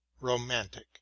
romantic